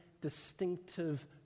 distinctive